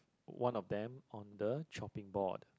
one of them on the chopping board